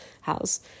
house